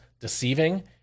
deceiving